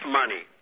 money